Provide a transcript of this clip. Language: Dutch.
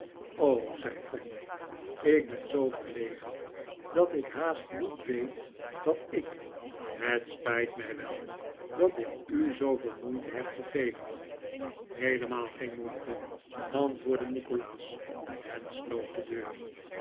zei fanny ik ben zoo verlegen dat ik haast niet weet wat ik het spijt mij wel dat ik u zooveel moeite heb gegeven heelemaal geen moeite antwoordde nikolaas en sloot de deur